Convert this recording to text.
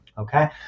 Okay